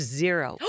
zero